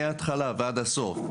מהתחלה ועד הסוף.